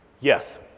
Yes